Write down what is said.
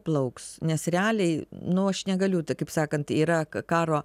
plauks nes realiai nu aš negaliu tai kaip sakant yra karo